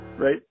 Right